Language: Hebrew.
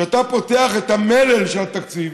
כשאתה פותח את המלל של התקציב,